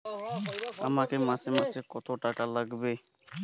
আমাকে মাসে মাসে কত টাকা লাগবে?